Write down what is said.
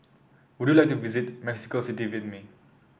would you like to visit Mexico City with me